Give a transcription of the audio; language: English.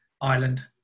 Ireland